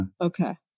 Okay